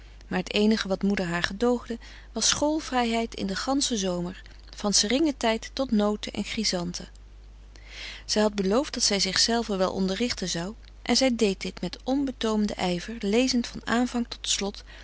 maar t eenige wat moeder haar gedoogde was school vrijheid in den ganschen zomer van seringen tijd tot noten en chrysanthen zij had beloofd dat zij zichzelve wel onderrichten zou en zij deed dit met